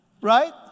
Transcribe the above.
Right